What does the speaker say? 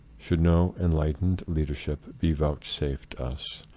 should no enlightened leadership be vouchsafed us,